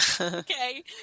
Okay